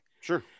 Sure